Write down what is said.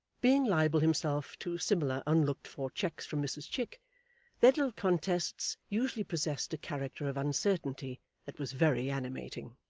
being liable himself to similar unlooked for checks from mrs chick, their little contests usually possessed a character of uncertainty that was very animating.